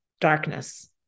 darkness